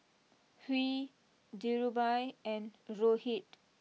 Hri Dhirubhai and Rohit